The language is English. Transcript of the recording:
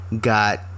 got